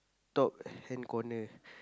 top hand corner